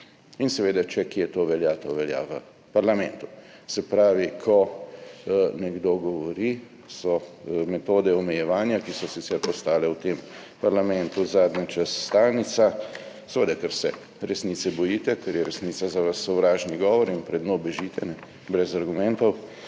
In seveda, če kje to velja, to velja v parlamentu. Se pravi, ko nekdo govori, so metode omejevanja, ki so sicer postale v tem parlamentu zadnje čase stalnica, seveda, ker se bojite resnice, ker je resnica za vas sovražni govor in pred njo bežite brez argumentov,